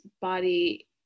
body